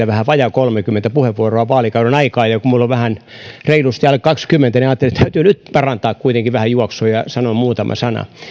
vähän vajaa kolmekymmentä puheenvuoroa vaalikauden aikaan ja kun minulla on reilusti alle kaksikymmentä niin ajattelin että täytyy nyt parantaa kuitenkin vähän juoksua ja sanoa muutama sana